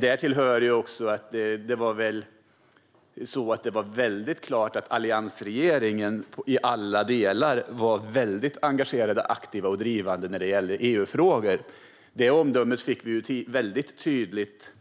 Därtill står det klart att alliansregeringen i alla delar var engagerad, aktiv och drivande när det gäller EU-frågor. Det omdömet fick vi tydligt